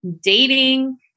dating